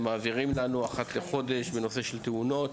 מעבירים לנו אחת לחודש בנושא של תאונות,